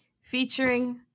Featuring